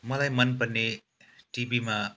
मलाई मनपर्ने टिभीमा